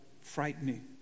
frightening